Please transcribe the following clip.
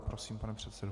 Prosím, pane předsedo.